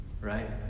Right